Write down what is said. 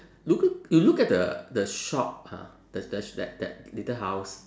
look you look at the the shop ha there's the that that little house